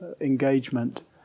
engagement